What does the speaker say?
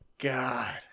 God